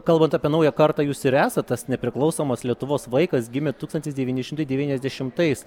kalbant apie naują kartą jūs ir esat tas nepriklausomos lietuvos vaikas gimėt tūkstantis devyni šimtai devyniasdešimtais